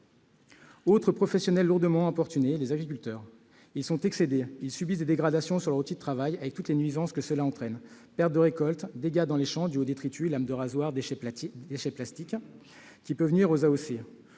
Autres professionnels lourdement importunés : les agriculteurs. Ils sont excédés, subissent des dégradations de leur outil de travail, avec toutes les nuisances que cela entraîne : pertes de récoltes, dégâts dans les champs dus aux détritus- lames de rasoir, déchets plastiques, etc. -et impact sur